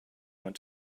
want